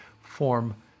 form